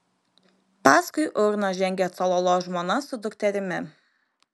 paskui urną žengė cololo žmona su dukterimi